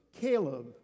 Caleb